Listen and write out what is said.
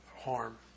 harm